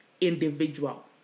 individual